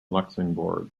luxembourg